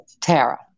Tara